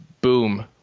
boom